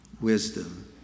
wisdom